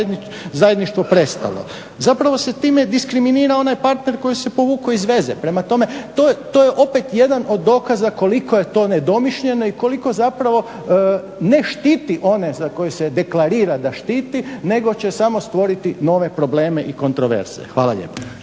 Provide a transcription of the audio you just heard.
zajedništvo prestalo. Zapravo se time diskriminira onaj parter koji se povukao iz veze, prema tome to je opet jedan od dokaza koliko je to nedomišljeno i koliko zapravo ne štiti one za koje se deklarira da štiti, nego će samo stvoriti nove probleme i kontroverze. Hvala lijepa.